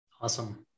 awesome